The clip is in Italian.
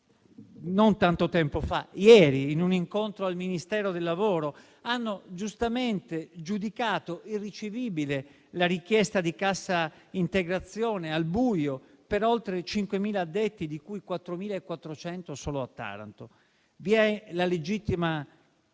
non tanto tempo fa: ieri, in un incontro al Ministero del lavoro hanno giustamente giudicato irricevibile la richiesta di cassa integrazione al buio per oltre 5.000 addetti, di cui 4.400 solo a Taranto. Vi è la legittima